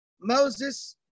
Moses